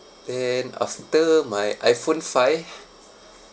then after my I_phone five